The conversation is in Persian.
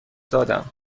دادم